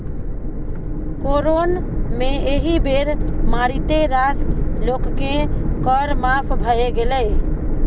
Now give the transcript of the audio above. corona मे एहि बेर मारिते रास लोककेँ कर माफ भए गेलै